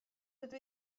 dydw